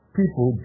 people